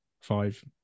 five